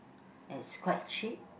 and it's quite cheap